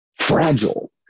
fragile